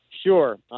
sure